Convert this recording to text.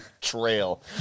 trail